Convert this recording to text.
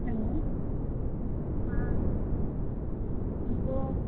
hello हाँ हमको